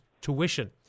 tuition